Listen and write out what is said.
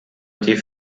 die